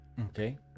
Okay